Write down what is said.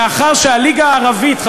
לאחר שהליגה הערבית,